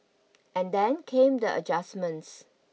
and then came the adjustments